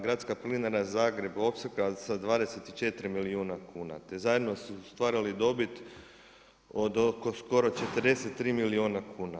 Gradska plinara Zagreb opskrba sa 24 milijuna kuna, te zajedno su stvarali dobit od oko skoro 43 milijuna kuna.